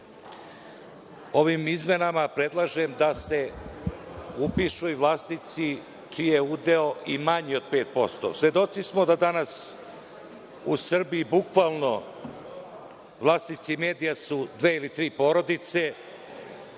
ovim izmenama predlažem da se upišu i vlasnici čiji je udeo i manji od 5%.Svedoci smo da danas u Srbiji bukvalno vlasnici medija su dve ili tri porodice